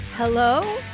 Hello